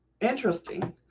Interesting